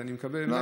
לא,